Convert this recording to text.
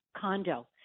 condo